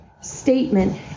statement